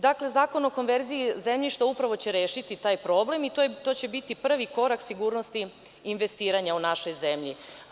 Dakle, Zakon o konverziji zemljišta upravo će rešiti taj problem i to će biti prvi korak sigurnosti investiranja u našoj zemlji.